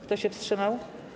Kto się wstrzymał?